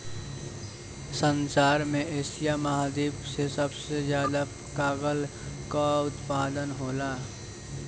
संसार में एशिया महाद्वीप से सबसे ज्यादा कागल कअ उत्पादन होला